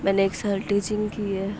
میں نے ایک سال ٹیچنگ کی ہے